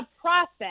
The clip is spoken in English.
process